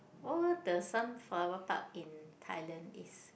the sunflower part in Thailand is